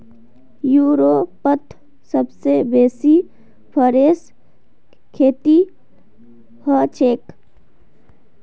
यूरोपत सबसे बेसी फरेर खेती हछेक